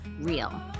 real